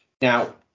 Now